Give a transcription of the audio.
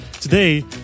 today